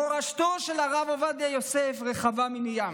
מורשתו של הרב עובדיה יוסף רחבה מני ים.